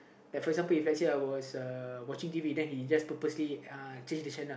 like for example if let's say I was uh watching T_V then he just purposely uh change the channel